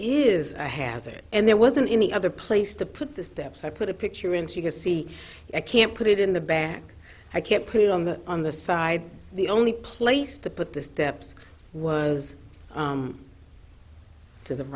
is a hazard and there wasn't any other place to put the steps i put a picture in so you can see i can't put it in the back i can't clear on that on the side the only place to put the steps was to the